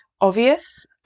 obvious